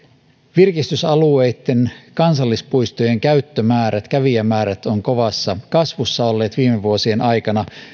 virkistysalueitten ja kansallispuistojen kävijämäärät ovat kovassa kasvussa olleet viime vuosien aikana